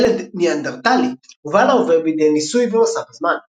ילד ניאנדרטלי הובא להווה בידי ניסוי במסע בזמן.